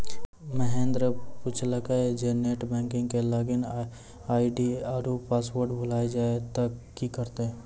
महेन्द्र पुछलकै जे net banking के लागिन आई.डी आरु पासवर्ड भुलाय जाय त कि करतै?